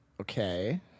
Okay